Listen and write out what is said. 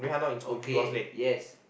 okay yes